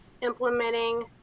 implementing